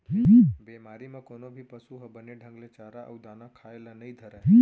बेमारी म कोनो भी पसु ह बने ढंग ले चारा अउ दाना खाए ल नइ धरय